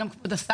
גם מכבוד השר,